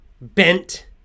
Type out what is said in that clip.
bent